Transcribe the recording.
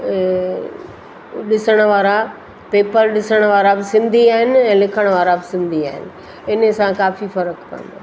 ॾिसणु वारा पेपर ॾिसणु वारा बि सिंधी आहिनि ऐं लिखणु वारा बि सिंधी आहिनि इन सां काफ़ी फ़र्क़ु अथव